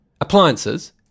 Appliances